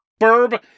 Burb